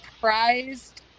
prized